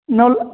नौला